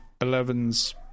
Eleven's